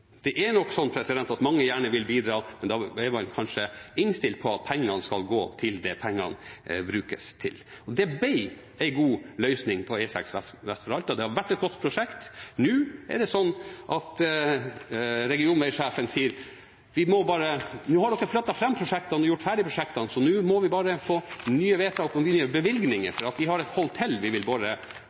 Det er nok mange som gjerne vil bidra, men da er man kanskje innstilt på at pengene skal gå til det pengene skal brukes til. Det ble en god løsning for E6 vest for Alta. Det har vært et godt prosjekt, og nå sier regionvegsjefen: Nå har man flyttet fram prosjektene og gjort ferdig prosjektene, så nå må man bare få nye vedtak og nye bevilgninger, for vi har et hull til vi vil bore hull i. De var bare